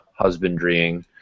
husbandrying